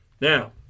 Now